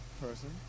person